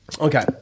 Okay